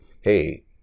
hey